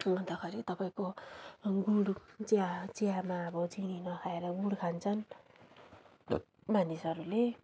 अन्तखेरि तपाईँको अब गुड चिया चियामा अब चिनी नखाएर गुँड खान्छन् मानिसहरूले